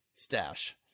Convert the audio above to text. Stash